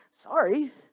sorry